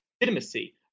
legitimacy